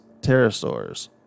pterosaurs